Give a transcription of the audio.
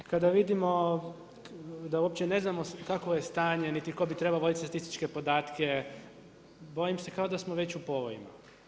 Kada vidim da uopće ne znamo kakvo je stanje niti tko bi trebao voditi statističke podatke, bojim se kao da smo već u povojima.